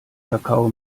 kakao